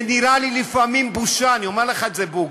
זה נראה לי לפעמים בושה, אני אומר לך את זה, בוגי.